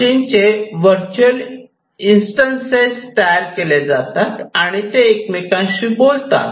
मशीनचे virtual instances तयार केले जातात आणि ते एकमेकांशी बोलतात